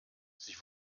sie